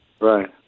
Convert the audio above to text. Right